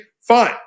fine